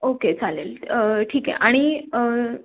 okay चालेल ठीक आहे आणि